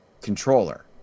controller